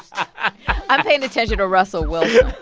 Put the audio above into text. i'm paying attention to russell wilson,